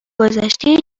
گذشته